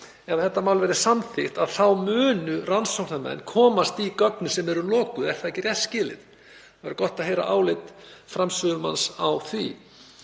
ef þetta mál verður samþykkt muni rannsóknarmenn komast í þau gögn sem eru lokuð. Er það ekki rétt skilið? Það væri gott að heyra álit framsögumanns á því.